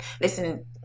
listen